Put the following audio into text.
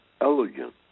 elegant